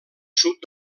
sud